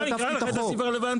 לא, אני אקרא לך את הסעיף הרלוונטי.